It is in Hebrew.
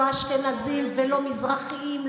לא אשכנזים ולא מזרחים,